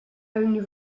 only